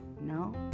no